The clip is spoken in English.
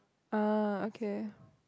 ah okay